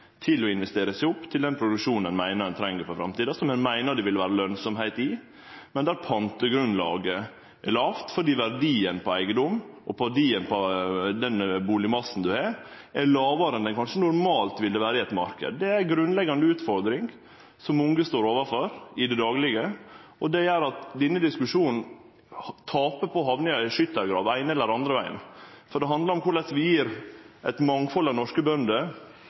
å investere seg opp til den produksjonen ein meiner ein treng for framtida, som ein meiner det vil vere lønsemd i, men der pantegrunnlaget er lågt fordi verdien av eigedommen og av den bustadmassen ein har, er lågare enn han normalt kanskje ville vere i ein marknad. Det er ei grunnleggjande utfordring som unge står overfor i det daglege, og det gjer at denne diskusjonen tapar på å hamne i ei skyttargrav den eine eller andre vegen. Det handlar om korleis vi gjev eit mangfald av norske bønder